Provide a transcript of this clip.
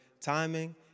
timing